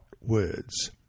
words